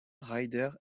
ryder